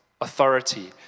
authority